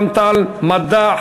רע"ם-תע"ל-מד"ע,